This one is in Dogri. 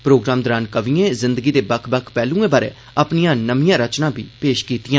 प्रोग्राम दरान कवियें जिन्दगी दे बक्ख बक्ख पैहल्एं बारै अपनियां नमियां रचनां बी पेश कीतियां